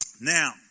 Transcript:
Now